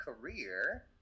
career